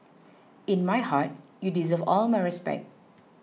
in my heart you deserve all my respect